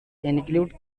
include